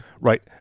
right